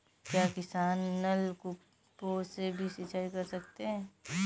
क्या किसान नल कूपों से भी सिंचाई कर सकते हैं?